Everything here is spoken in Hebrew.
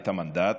את המנדט,